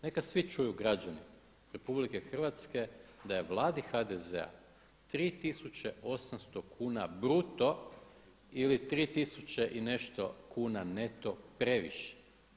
Neka svi čuju, građani RH da je Vladi HDZ-a 3800 kuna bruto ili 3 tisuće i nešto kuna neto previše.